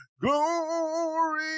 Glory